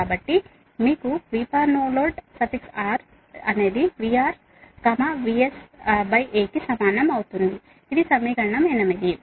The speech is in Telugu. కాబట్టి మీకు VRNL VR VSA కి సమానం అవుతుంది ఇది సమీకరణం 8 సరైనది